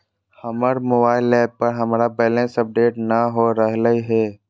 हमर mobile app पर हमर बैलेंस अपडेट नय हो रहलय हें